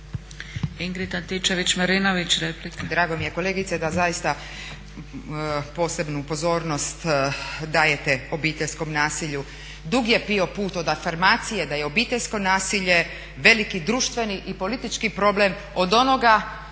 Ingrid Antičević-Marinović, replika.